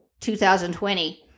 2020